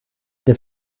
der